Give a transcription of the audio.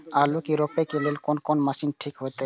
आलू के रोपे के लेल कोन कोन मशीन ठीक होते?